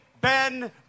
Ben